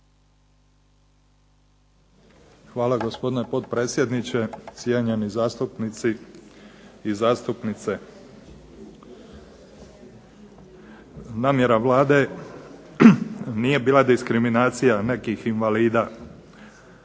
Hvala, gospodine potpredsjedniče. Cijenjeni zastupnici i zastupnice. Namjera Vlade nije bila diskriminacija nekih invalida,